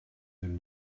and